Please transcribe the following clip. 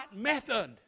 method